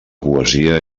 poesia